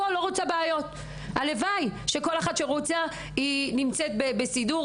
הלוואי שכל אחת שרוצה נמצאת בסידור.